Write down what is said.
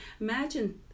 imagine